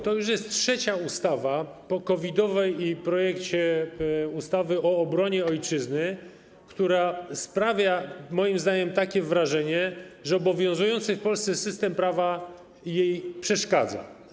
To już jest trzecia ustawa - po COVID-owej i projekcie ustawy o obronie Ojczyzny - która sprawia moim zdaniem wrażenie, że obowiązujący w Polsce system prawa jej przeszkadza.